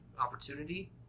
opportunity